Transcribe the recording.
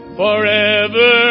forever